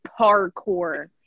parkour